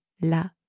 la